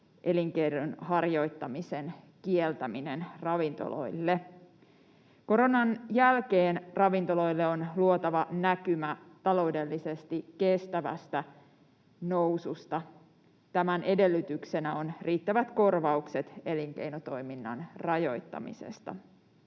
ravintoloille takautuvasti riittävällä korvauksella. Koronan jälkeen ravintoloille on luotava näkymä taloudellisesti kestävästä noususta. Tämän edellytyksenä ovat riittävät korvaukset elinkeinotoiminnan rajoittamisesta.